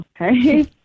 Okay